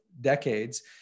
decades